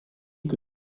que